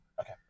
okay